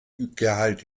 gehalt